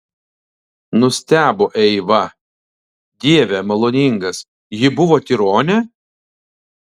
nustebo eiva dieve maloningas ji buvo tironė